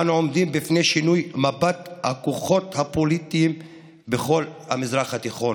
אנו עומדים בפני שינוי מפת הכוחות הפוליטיים בכל המזרח התיכון.